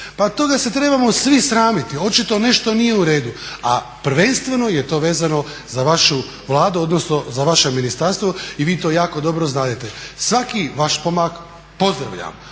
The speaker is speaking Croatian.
Pa toga se trebamo svi sramiti, očito nešto nije uredu. A prvenstveno je to vezano za vašu Vladu odnosno za vaše ministarstvo i vi to jako dobro znadete. Svaki vaš pomak pozdravljam,